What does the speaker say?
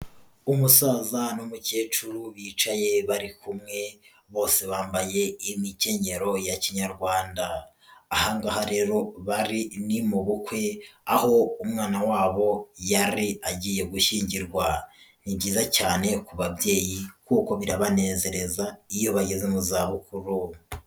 Umusaza n'umukecuru bicaye bari kumwe bose bambaye imikenyero ya kinyarwanda, aha ngaha rero bari ni mu bukwe aho umwana wabo yari agiye gushyingirwa, ni byiza cyane ku babyeyi kuko birabanezereza iyo bageze mu zabukuru.